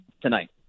tonight